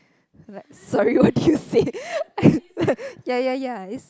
like sorry what do you say ya ya ya it's